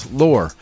lore